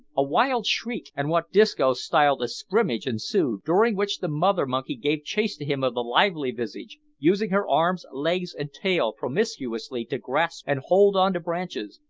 a wild shriek, and what disco styled a scrimmage, ensued, during which the mother monkey gave chase to him of the lively visage, using her arms, legs, and tail promiscuously to grasp and hold on to branches,